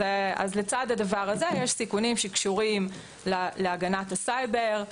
לצד הדבר הזה יש סיכונים שקשורים להגנת הסייבר,